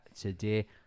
today